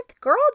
Girl